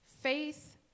faith